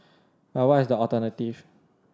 but what is the alternative